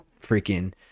freaking